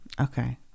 okay